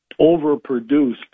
overproduced